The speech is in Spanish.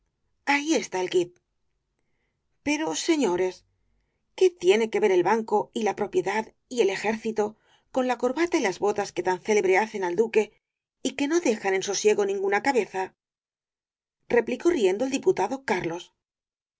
ahí está el quid pero señores qué tienen que ver el banco y la propiedad y el ejército con la corbata y las botas que tan célebre hacen al duque y que no dejan en sosiego ninguna cabeza replicó riendo el diputado carlos